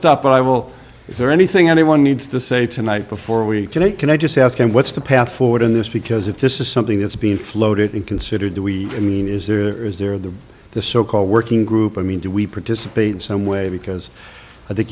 stuff but i will is there anything anyone needs to say tonight before we get it can i just ask him what's the path forward in this because if this is something that's being floated and consider do we mean is there is there of the the so called working group i mean do we participate in some way because i think